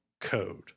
code